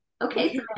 Okay